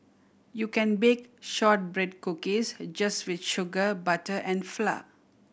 you can bake shortbread cookies just with sugar butter and flour